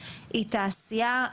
היא תעשייה,